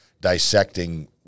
dissecting